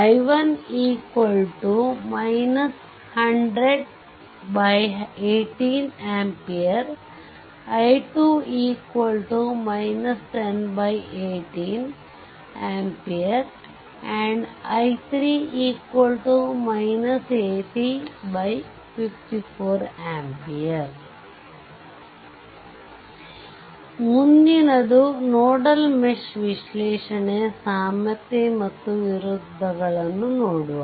i1 100 18 ampere i2 10 18 ampere and i3 80 54 ampere ಮುಂದಿನದು nodal mesh ವಿಶ್ಲೇಷಣೆ ಯ ಸಾಮ್ಯತೆ ಮತ್ತು ವಿರುದ್ದಗಳನ್ನು ನೋಡುವ